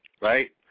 right